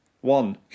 one